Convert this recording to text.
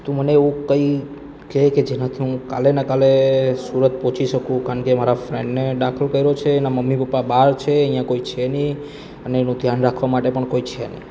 તુ મને એવું કંઈ કહે જેનાથી હું કાલે ને કાલે સુરત પહોંચી શકું કારણ કે મારા ફ્રેન્ડને દાખલ કર્યો છે એનાં મમ્મી પપ્પા બહાર છે અહીંયા કોઈ છે નહીં અને એનું ધ્યાન રાખવા માટે પણ કોઈ છે નહીં